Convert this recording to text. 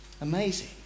Amazing